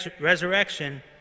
resurrection